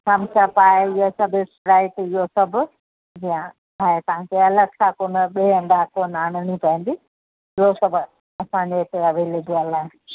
Thums Up आहे इहो सभु स्प्राइट इहो सभु जीअं आहे तव्हांखे अलॻि सां कोन्ह ॿिए हंदा कोन्ह आणणी पवंदी इहो सभु असांजे हिते अवेलेबल आहे